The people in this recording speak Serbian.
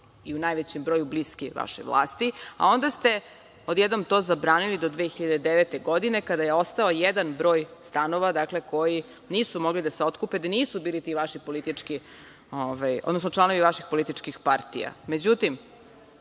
i u najvećem broju bliskiji vašoj vlasti. Onda ste odjednom to zabranili do 2009. godine, kada je ostao jedan broj stanova koji nisu mogli da se otkupe, a da nisu bili ti vaši politički, odnosno članovi vaših političkih partija.Međutim,